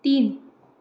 तीन